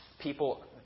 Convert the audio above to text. People